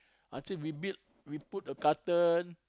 until we built we put a carton